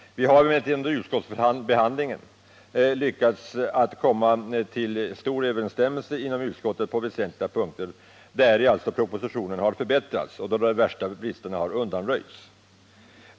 Vi har emellertid under utskottsbehandlingen lyckats komma fram till överenskommelser på väsentliga punkter, där alltså propositionen har förbättrats och de värsta bristerna har undanröjts.